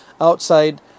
outside